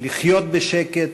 לחיות בשקט,